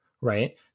right